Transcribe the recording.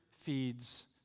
feeds